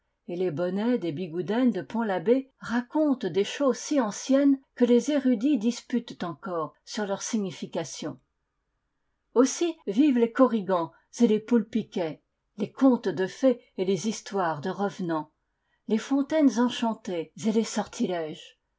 et les bonnets des bigoudènes de pontl'abbé racontent des choses si anciennes que les érudits disputent encore sur leur signification aussi vivent les korrigans et les poulpiquets les contes de fées et les histoires de revenants les fontaines enchantées et les